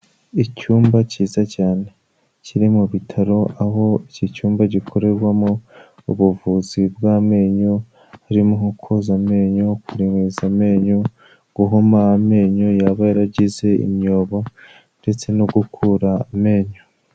Icyumba cyiza cyane kiri mu bitaro aho iki cyumba gikorerwamo ubuvuzi bw'amenyo, harimo koza amenyo, kuringaniza amenyo, guhoma amenyo yaba yaragize imyobo ndetse no gukura amenyo.